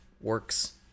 works